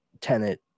tenant